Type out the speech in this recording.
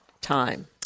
Time